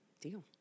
Deal